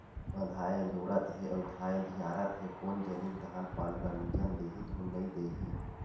बंधाए अजोरत हे अउ धाय अधियारत हे कोन जनिक धान पान ल मिजन दिही धुन नइ देही